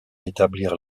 établir